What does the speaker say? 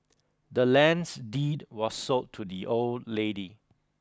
the land's deed was sold to the old lady